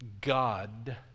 God